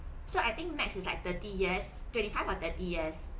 so I think max is like thirty years twenty five or thirty years